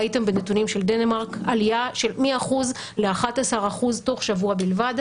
ראיתם בנתונים של דנמרק עלייה של מ-1% ל-11% תוך שבוע בלבד.